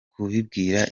kubibwira